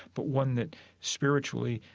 but one that spiritually,